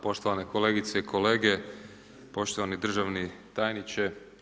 Poštovane kolegice i kolege, poštovani državni tajniče.